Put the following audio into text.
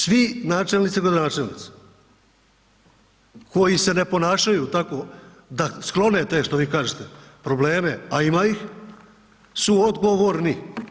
Svi načelnici i gradonačelnici koji se ne ponašaju tako da, sklone te što vi kažete, probleme, a ima ih, su odgovorni.